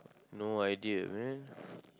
no idea man